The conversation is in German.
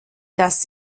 das